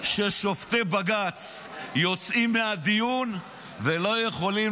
ששופטי בג"ץ יוצאים מהדיון ולא יכולים